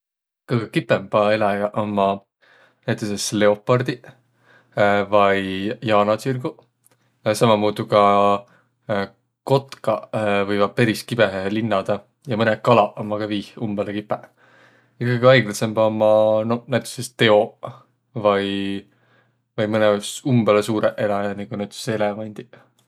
Kõgõ kipõmbaq eläjäq ommaq näütüses leopardiq vai jaanatsirguq. Sammamuudu ka kotkaq võivaq peris kibõhõhe linnadaq ja mõnõq kalaq ommaq ka viih umbõlõ kipõq. Ja kõgõ aigladsõmbaq ommaq noh, näütüses teoq vai mõnõq umbõlõ suurõq eläjäq, nigu näütüses eelevandiq.